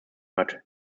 hat